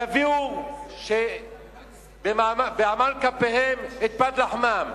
שיביאו בעמל כפיהם את פת לחמם.